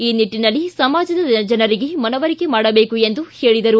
ಈ ನಿಟ್ಟಿನಲ್ಲಿ ಸಮಾಜದ ಜನರಿಗೆ ಮನವರಿಕೆ ಮಾಡಬೇಕು ಎಂದು ಹೇಳಿದರು